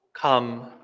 Come